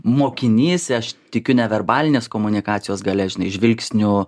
mokinys aš tikiu neverbalinės komunikacijos galia žvilgsnių